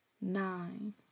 nine